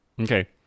Okay